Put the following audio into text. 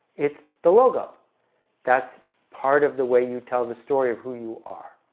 it's the logo that's part of the way you tell the story of who you are.